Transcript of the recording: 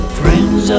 friends